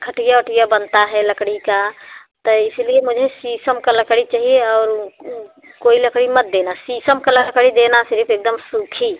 खटिया उटिया बनती है लकड़ी का ोत इसलिए मुझे शीशम की लकड़ी चाहिए और कोई लकड़ी मत देना शीशम की लकड़ी देना सिर्फ़ एक दम सूखी